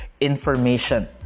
information